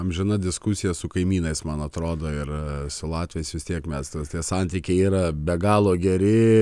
amžina diskusija su kaimynais man atrodo ir su latviais vis tiek mes tie santykiai yra be galo geri